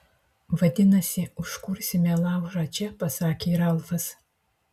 vadinasi užkursime laužą čia pasakė ralfas